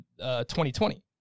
2020